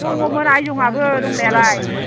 दङमोन आइजंआबो दंनायालाय